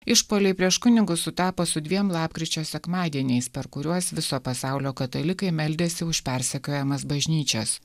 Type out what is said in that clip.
išpuoliai prieš kunigus sutapo su dviem lapkričio sekmadieniais per kuriuos viso pasaulio katalikai meldėsi už persekiojamas bažnyčias